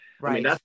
right